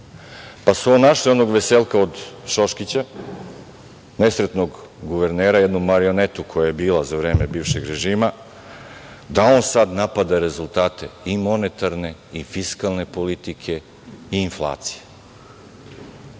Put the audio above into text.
su onog veselka od Šoškića, nesretnog guvernera, jednu marionetu koja je bila za vreme bivšeg režima, da on sad napada rezultate i monetarne i fiskalne politike i inflacije.